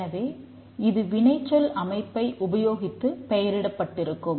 எனவே இது வினைச்சொல் அமைப்பை உபயோகித்து பெயரிடப்பட்டிருக்கும்